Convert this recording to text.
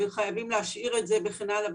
חייבים להשאיר את זה וכן הלאה.